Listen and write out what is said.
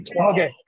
okay